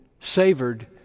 savored